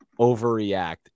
Overreact